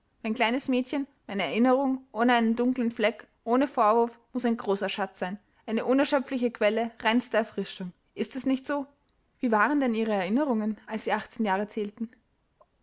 mein kleines mädchen eine erinnerung ohne einen dunklen fleck ohne vorwurf muß ein großer schatz sein eine unerschöpfliche quelle reinster erfrischung ist es nicht so wie waren denn ihre erinnerungen als sie achtzehn jahre zählten